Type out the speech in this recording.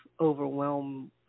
overwhelm